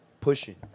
Pushing